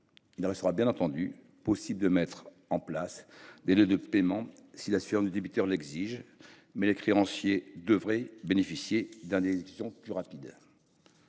Il restera bien entendu possible de mettre en place des délais de paiement si la situation du débiteur l’exige, mais les créanciers devraient bénéficier d’une exécution plus rapide.